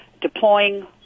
deploying